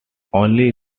only